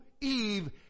Eve